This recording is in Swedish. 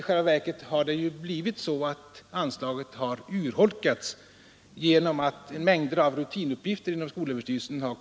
I själva verket har anslaget urholkats genom att det används till mängder av rutinuppgifter inom skolöverstyrelsen.